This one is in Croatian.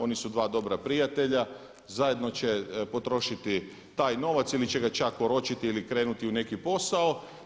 Oni su dva dobra prijatelja i zajedno će potrošiti taj novac ili će ga čak oročiti ili krenuti u neki posao.